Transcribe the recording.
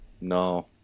No